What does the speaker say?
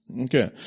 Okay